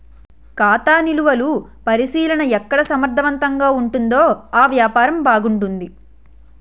ఖాతా నిలువలు పరిశీలన ఎక్కడ సమర్థవంతంగా ఉంటుందో ఆ వ్యాపారం బాగుంటుంది